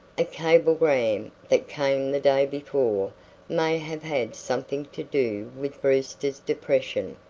a cablegram that came the day before may have had something to do with brewster's depression,